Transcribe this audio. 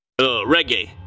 Reggae